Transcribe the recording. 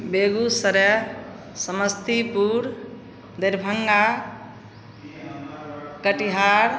Begusarai Samastipur Darbhanga Katihar